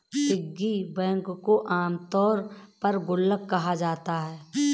piggy bank को आमतौर पर गुल्लक कहा जाता है